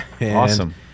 Awesome